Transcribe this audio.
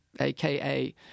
aka